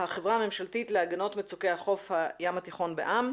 החברה הממשלתית להגנות מצוקי חוף הים התיכון בע"מ,